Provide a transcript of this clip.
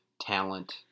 talent